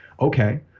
okay